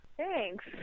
Thanks